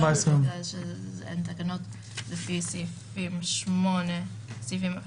זה 14 ימים כי אלה תקנות לפי סעיפים 4 ו-8.